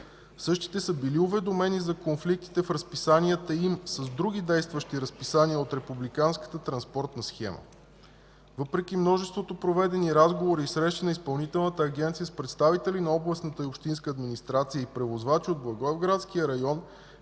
Същите са били уведомени за конфликтите в разписанията им с други действащи разписания от републиканската транспортна схема. Въпреки множеството проведени разговори и срещи на Изпълнителната агенция с представителите на областната и общинска администрация и превозвачи от Благоевградския регион